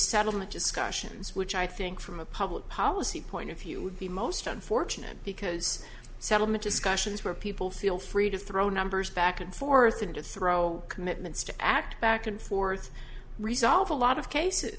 settlement discussions which i think from a public policy point of view would be most unfortunate because settlement discussions where people feel free to throw numbers back and forth and to throw commitments to act back and forth resolve a lot of cases